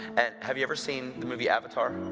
and have you ever seen the movie avatar?